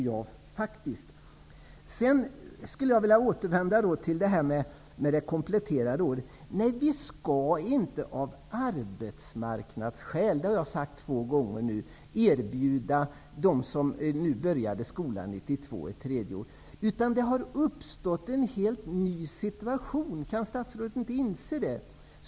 Jag har nu två gånger sagt att man inte av arbetsmarknadsskäl skall erbjuda dem som påbörjade sin utbildning 1992 ett tredje år. Det har uppstått en helt ny situation. Kan inte statsrådet inse det?